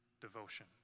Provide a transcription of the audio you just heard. devotion